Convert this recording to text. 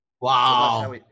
Wow